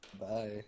Bye